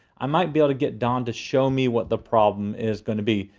i might be able to get don to show me what the problem is gonna be.